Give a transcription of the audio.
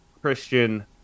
Christian